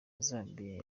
zambia